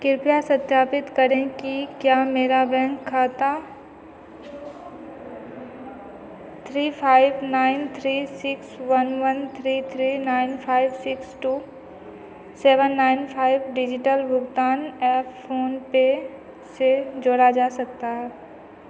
कृपया सत्यापित करें कि क्या मेरा बैंक खाता three five nine three six one one three three nine five six two seven nine five digital भुगतान ऐप फोनपे से जोड़ा जा सकता है